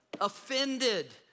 offended